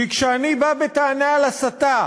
כי כשאני בא בטענה על הסתה